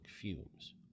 fumes